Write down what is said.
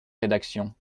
rédaction